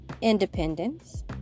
independence